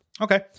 Okay